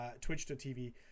twitch.tv